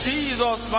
Jesus